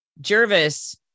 Jervis